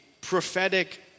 prophetic